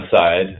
side